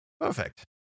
Perfect